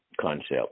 concept